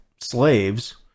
slaves